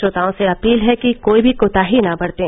श्रोताओं से अपील है कि कोई भी कोताही न बरतें